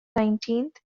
nineteenth